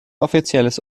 offizielles